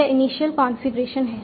यह initial configuration है